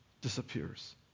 disappears